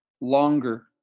longer